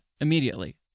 immediately